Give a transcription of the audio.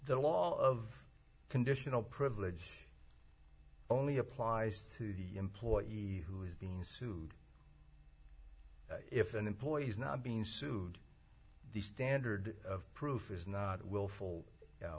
the law of conditional privilege only applies to the employee who is being sued if an employee is not being sued the standard of proof is not willful